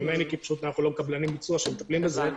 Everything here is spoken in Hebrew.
בממני כי אנחנו לא קבלני ביצוע שמטפלים בזה,